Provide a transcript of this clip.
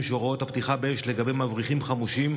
שהוראות הפתיחה באש על מבריחים חמושים